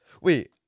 Wait